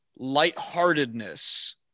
lightheartedness